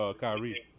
Kyrie